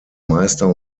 meister